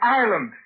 island